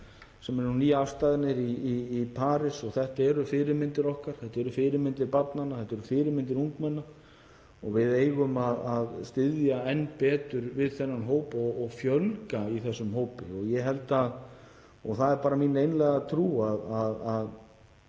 sem eru nú nýafstaðnir í París, og þetta eru fyrirmyndir okkar, þetta eru fyrirmyndir barnanna okkar, þetta eru fyrirmyndir ungmenna. Við eigum að styðja enn betur við þennan hóp og fjölga í þessum hópi. Það er bara mín einlæga trú að